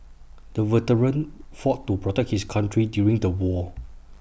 the veteran fought to protect his country during the war